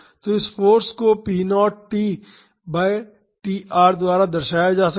तो इस फाॅर्स को p0 t बाई tr द्वारा दर्शाया जा सकता है